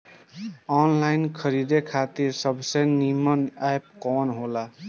Online खरीदे खातिर सबसे नीमन एप कवन हो ला?